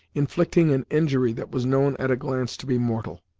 inflicting an injury that was known at a glance to be mortal.